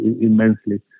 immensely